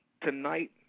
tonight